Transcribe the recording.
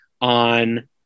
on